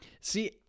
See